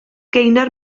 gaynor